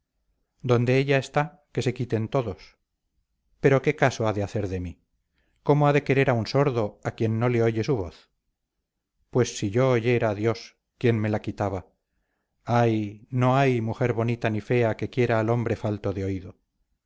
donde está ella que se quiten todos pero qué caso ha de hacer de mí cómo ha de querer a un sordo a quien no le oye su voz pues si yo oyera dios quién me la quitaba ay no hay mujer bonita ni fea que quiera al hombre falto de oído